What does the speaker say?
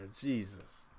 Jesus